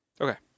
Okay